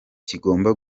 kigomba